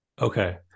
Okay